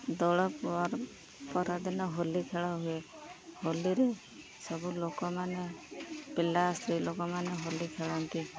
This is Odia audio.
ଦୋଳ ପର ପରଦିନ ହୋଲି ଖେଳ ହୁଏ ହୋଲିରେ ସବୁ ଲୋକମାନେ ପିଲା ସ୍ତ୍ରୀ ଲୋକମାନେ ହୋଲି ଖେଳନ୍ତି